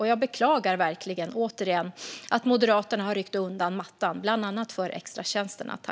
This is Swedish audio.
Jag beklagar verkligen, återigen, att Moderaterna har ryckt undan mattan för bland annat extratjänsterna.